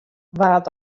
waard